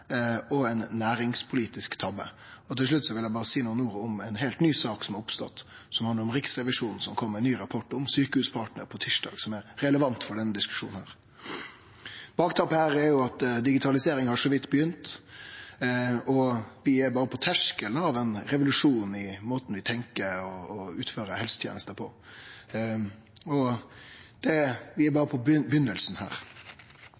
og ein næringspolitisk tabbe. Når eg kjem til slutten av dette innlegget, vil eg seie nokre ord om ei heilt ny sak som har oppstått. Det handlar om Riksrevisjonen, som på tysdag kom med ein ny rapport om Sykehuspartner som er relevant for denne diskusjonen. Bakteppet her er at digitaliseringa så vidt har begynt, og vi er berre på terskelen av ein revolusjon i måten vi tenkjer og utfører helsetenester på. Vi er berre ved byrjinga her.